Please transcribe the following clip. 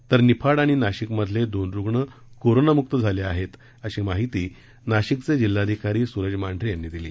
तर निफाड आणि नाशिकमधले दोन रूग्ण कोरोनामुक झाले आहेत अशी माहिती नाशिकचे जिल्हाधिकारी सुरज मांढरे यांनी दिली